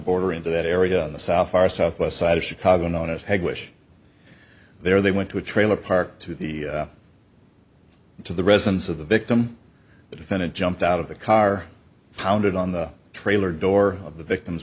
border into that area of the south far southwest side of chicago known as head wish there they went to a trailer park to the to the residence of the victim the defendant jumped out of the car pounded on the trailer door of the victim